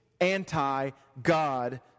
anti-God